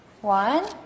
one